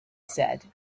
said